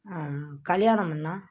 கல்யாணம் பண்ணால்